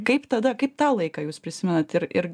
kaip tada kaip tau laiką jūs prisimenat ir ir